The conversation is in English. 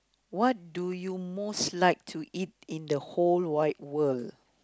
what do you most like to eat in the whole wide world